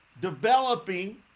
developing